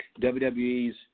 WWE's